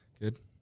Good